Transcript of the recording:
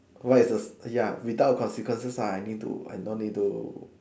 what is the ya without consequences ah I need to I don't need to